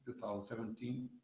2017